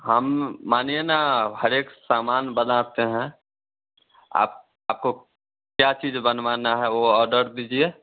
हम मानिए ना हर एक सामान बनाते हैं आप आपको क्या चीज़ बनवाना है वह ऑर्डर दीजिए